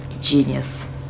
Genius